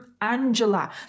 Angela